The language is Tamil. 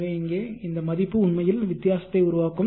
எனவே இங்கே இந்த மதிப்பு உண்மையில் வித்தியாசத்தை உருவாக்கும்